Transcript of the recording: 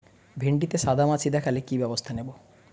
ভিন্ডিতে সাদা মাছি দেখালে কি ব্যবস্থা নেবো?